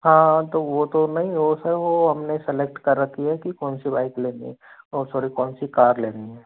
हाँ तो वो तो नहीं हो वो सर हम ने सेलेक्ट कर रखी है कि कौन सी बाइक लेनी है वो सॉरी कौन सी कार लेनी है